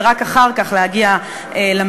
ורק אחר כך להגיע למגורים.